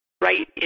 right